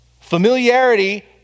Familiarity